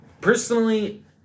personally